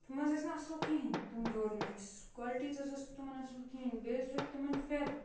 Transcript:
تِم حظ ٲسۍ نہٕ اَصٕل کِہیٖنۍ تِم ڈورمیٹٕس کالٹی تہِ حظ ٲس تِمَن اَصٕل کِہیٖنۍ بیٚیہِ حظ ؤتھۍ تِمَن فٮ۪ت